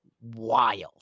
Wild